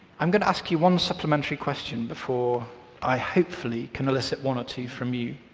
i'm going to ask you one supplementary question before i hopefully can elicit one or two from you,